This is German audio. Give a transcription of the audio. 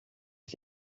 ich